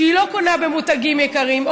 לא מותגים יקרים.